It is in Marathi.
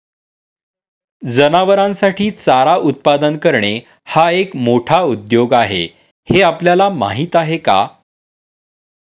जनावरांसाठी चारा उत्पादन करणे हा एक मोठा उद्योग आहे हे आपल्याला माहीत आहे का?